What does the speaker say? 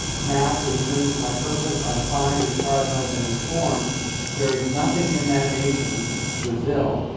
now to return to my purpose. i find as far as i've been informed there is nothing in that nation, brazil,